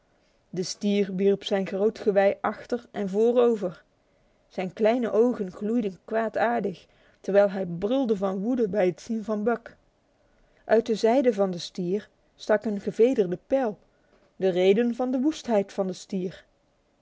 de stier wierp zijn groot gewei achter en voorover zijn kleinog dwari tejlhbudvan woede bij het zien van buck uit de zijde van den stier stak een gevederde pijl de reden van de woestheid van den stier